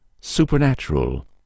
supernatural